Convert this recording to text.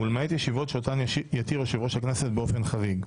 ולמעט ישיבות שאותן יתיר יושב ראש-הכנסת באופן חריג.